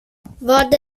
vad